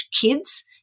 kids